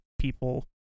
people